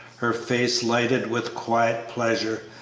her face lighted with quiet pleasure,